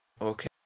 okay